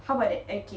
how about that okay